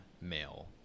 male